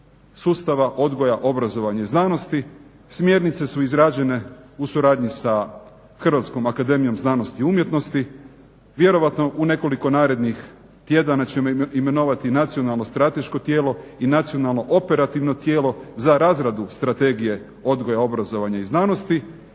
sustava odgoja, obrazovanja i znanosti. Smjernice su izrađene u suradnji sa HAZU-om. Vjerojatno u nekoliko narednih tjedana ćemo imenovati i Nacionalno strateško tijelo i Nacionalno operativno tijelo za razradu Strategije odgoja, obrazovanja i znanosti